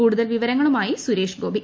കൂടുതൽ വിവരങ്ങളുമായിട്സുരേഷ് ഗോപി